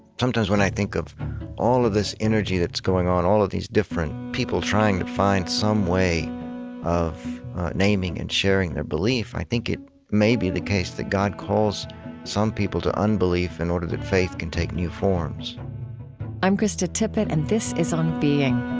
sometimes, when i think of all of this energy that's going on, all of these different people trying to find some way of naming and sharing their belief, i think it may be the case that god calls some people to unbelief in order that faith can take new forms i'm krista tippett, and this is on being